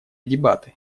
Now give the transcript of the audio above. дебаты